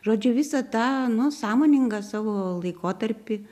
žodžiu visą tą nu sąmoningą savo laikotarpį